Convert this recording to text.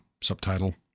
subtitle